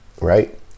right